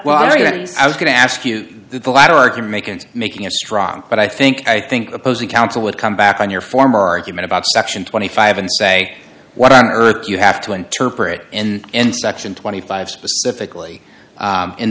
well i was going to ask you the latter are going to make and making a strong but i think i think opposing counsel would come back on your former argument about section twenty five and say what on earth you have to interpret and section twenty five specifically